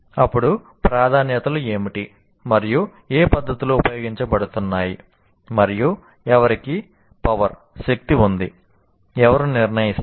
అప్పుడు ప్రాధాన్యతలు ఏమిటి మరియు ఏ పద్ధతులు ఉపయోగించబడుతున్నాయి మరియు ఎవరికి శక్తి ఉంది ఎవరు నిర్ణయిస్తారు